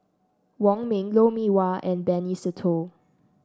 Wong Ming Lou Mee Wah and Benny Se Teo